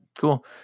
Cool